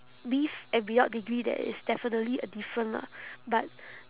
with and without degree there is definitely a different lah but